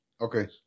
Okay